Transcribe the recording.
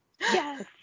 Yes